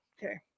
Okay